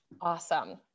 Awesome